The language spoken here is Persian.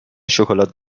شکلات